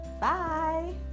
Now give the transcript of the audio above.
bye